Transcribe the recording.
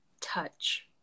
touch